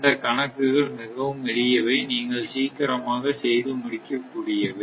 இந்தக் கணக்குகள் மிகவும் எளியவை நீங்கள் சீக்கிரமாக செய்து முடிக்க கூடியவை